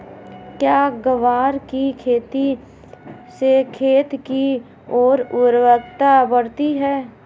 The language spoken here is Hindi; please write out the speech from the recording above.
क्या ग्वार की खेती से खेत की ओर उर्वरकता बढ़ती है?